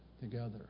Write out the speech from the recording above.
together